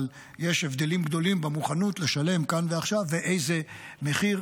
אבל יש הבדלים גדולים במוכנות לשלם כאן ועכשיו ואיזה מחיר.